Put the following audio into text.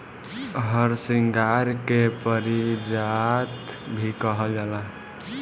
हरसिंगार के पारिजात भी कहल जाला